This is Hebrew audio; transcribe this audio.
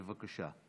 בבקשה.